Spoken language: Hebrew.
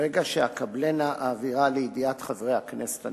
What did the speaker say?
ברגע שאקבלה אעבירה לידיעת חברי הכנסת הנכבדים.